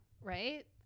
right